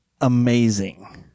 amazing